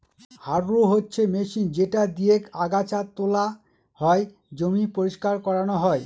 harrow হচ্ছে machine যেটা দিয়েক আগাছা তোলা হয়, জমি পরিষ্কার করানো হয়